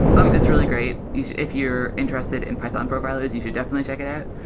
um it's really great. if you're interested in python profilers, you should definitely check it out.